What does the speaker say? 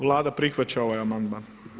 Vlada prihvaća ovaj amandman.